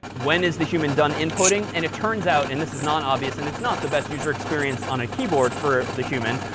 when is the human done inputting. and it turns out and this is not obvious. and it's not the best user experience on a keyboard for the human.